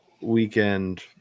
weekend